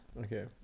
Okay